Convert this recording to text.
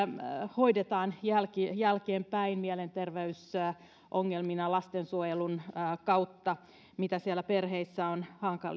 hoidetaan jälkeenpäin mielenterveysongelmina lastensuojelun kautta jos siellä perheissä on